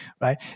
right